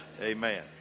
amen